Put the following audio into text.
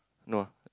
no